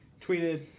tweeted